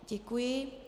Děkuji.